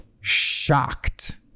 shocked